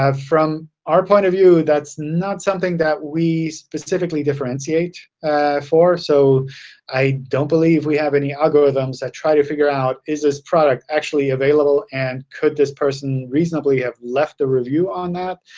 from our point of view, that's not something that we specifically differentiate for. so i don't believe we have any algorithms that try to figure out, is this product actually available and could this person reasonably have left the review on that?